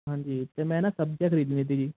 ਹਾਂਜੀ ਅਤੇ ਮੈਂ ਨਾ ਸਬਜ਼ੀਆਂ ਖਰੀਦਣੀਆਂ ਸੀ ਜੀ